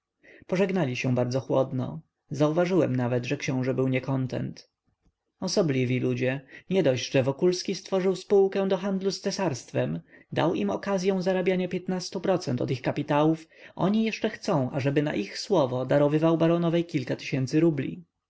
pożegnali się bardzo chłodno zauważyłem nawet że książe był niekontent osobliwi ludzie nie dość że wokulski stworzywszy spółkę do handlu z cesarstwem dał im okazyą zarabiania piętnastu procent od ich kapitałów oni jeszcze chcą ażeby na ich słowo darowywał baronowej kilka tysięcy rubli